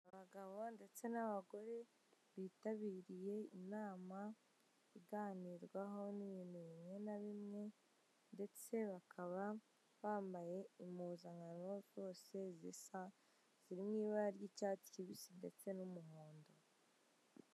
Abagabo ndetse n'abagore bitabiriye inama iganirwaho n'ibintu bimwe na bimwe ndetse bakaba bambaye impuzankano zose zisa ziri mu ibara ry'icyatsi kibisi ndetse n'umuhondo.